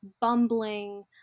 bumbling